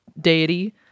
deity